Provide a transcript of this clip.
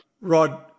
Rod